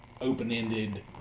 open-ended